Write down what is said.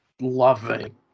Loving